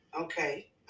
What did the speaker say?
Okay